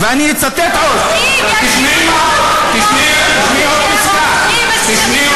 רוצחים, איזה סטטוס קוו?